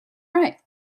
right